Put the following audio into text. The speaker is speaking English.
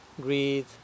greed